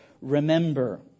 Remember